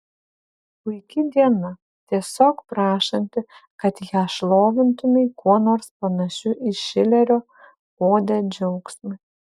puiki diena tiesiog prašanti kad ją šlovintumei kuo nors panašiu į šilerio odę džiaugsmui